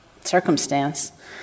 circumstance